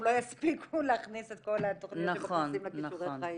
לא יספיקו להכניס את כל התכנית שמכניסים לכישורי חיים.